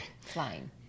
flying